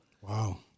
Wow